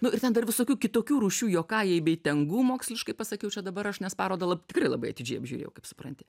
nu ir ten dar visokių kitokių rūšių jokajai bei tengu moksliškai pasakiau čia dabar aš nes parodą lab tikrai labai atidžiai apžiūrėjau kaip supranti